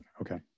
Okay